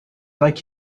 like